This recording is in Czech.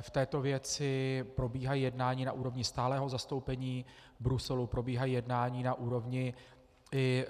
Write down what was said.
V této věci probíhají jednání na úrovni stálého zastoupení, v Bruselu probíhají jednání na úrovni i